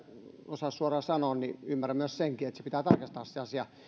osaa suoraan sanoa niin ymmärrän myös senkin että se asia pitää tarkastaa